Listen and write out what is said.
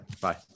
Bye